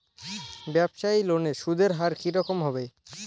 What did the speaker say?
ব্যবসায়ী লোনে সুদের হার কি রকম হবে?